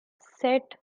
set